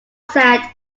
said